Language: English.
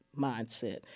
mindset